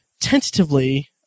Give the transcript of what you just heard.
tentatively